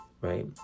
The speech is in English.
right